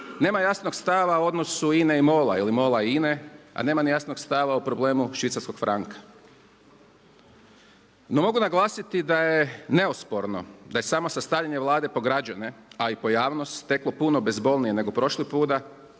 nema jasnog stava u odnosu INA-e i MOL-a ili MOL-a i INA-e a nema ni jasnog stava o problemu švicarskog franka. No mogu naglasiti da je neosporno, da je samo sastavljanje Vlade po građane a i po javnost teklo puno bezbolnije nego prošli puta